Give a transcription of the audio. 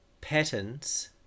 patterns